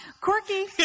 quirky